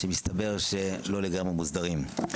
שמסתבר שלא לגמרי מוסדרים.